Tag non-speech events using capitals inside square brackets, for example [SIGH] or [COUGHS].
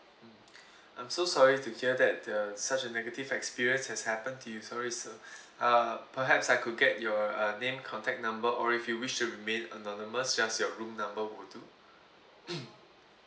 I'm so sorry to hear that uh such a negative experience has happen to you sorry sir [BREATH] uh perhaps I could get your uh name contact number or if you wish to remain anonymous just your room number will do [COUGHS]